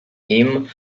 him